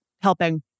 helping